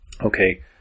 okay